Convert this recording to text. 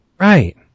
Right